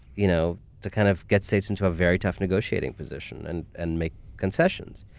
you know, to kind of get states into a very tough negotiating position and and make concessions.